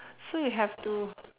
so you have to